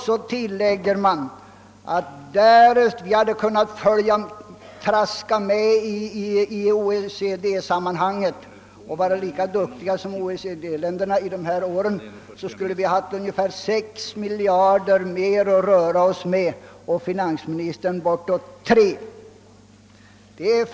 Därefter tillägger man: Därest Sverige hade kunnat följa med i OECD sammanhang och varit lika duktigt som OECD-länderna under de gångna fyra åren, skulle vi totalt ha haft ungefär sex miljarder kronor mera att röra oss med och finansministern bortåt tre miljarder.